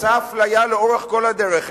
עושה אפליה לאורך כל הדרך,